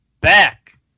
back